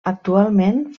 actualment